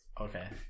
okay